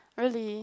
really